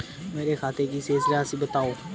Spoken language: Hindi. मेरे खाते की शेष राशि बताओ?